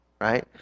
Right